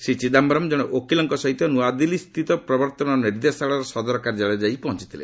ଶ୍ରୀ ଚିଦାୟରମ୍ ଜଣେ ଓକିଲଙ୍କ ସହିତ ନୂଆଦିଲ୍ଲୀ ସ୍ଥିତ ପ୍ରବର୍ତ୍ତନ ନିର୍ଦ୍ଦେଶାଳୟର ସଦର କାର୍ଯ୍ୟାଳୟରେ ଯାଇ ପହଞ୍ଚିଥିଲେ